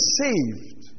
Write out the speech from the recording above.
saved